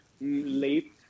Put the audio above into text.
late